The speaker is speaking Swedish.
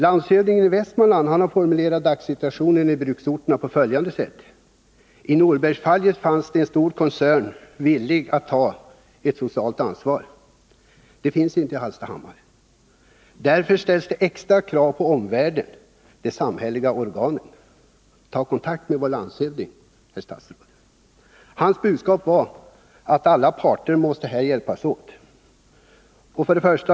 Landshövdingen i Västmanlands län har formulerat situationen i bruksorterna på följande sätt: ”I Norbergfallet fanns en mycket stor koncern villig att ta sitt sociala ansvar. Det finns det inte i Hallstahammar. Därför ställs det extra krav på omvärlden — de samhälleliga organen.” Ta kontakt med vår landshövding, herr statsråd! Hans budskap var att alla parter här måste hjälpas åt.